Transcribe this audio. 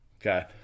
Okay